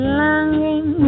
longing